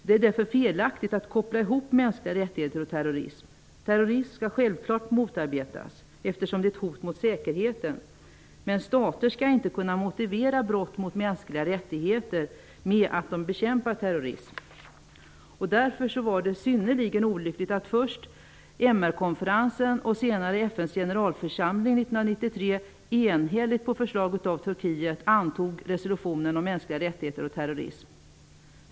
Det är därför felaktigt att koppla ihop mänskliga rättigheter och terrorism. Terrorism skall självklart motarbetas, eftersom den är ett hot mot säkerheten. Men stater skall inte kunna motivera brott mot mänskliga rättigheter med att de bekämpar terrorism. Därför var det synnerligen olyckligt att först MR-konferensen och senare FN:s generalförsamling 1993 enhälligt på förslag av Turkiet antog resolutionen om mänskliga rättigheter och terrorism.